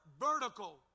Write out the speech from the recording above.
vertical